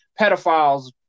pedophiles